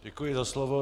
Děkuji za slovo.